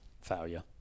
Failure